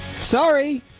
Sorry